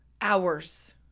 hours